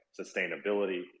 sustainability